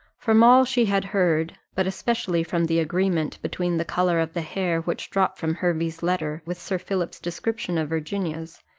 from all she had heard, but especially from the agreement between the colour of the hair which dropped from hervey's letter with sir philip's description of virginia's,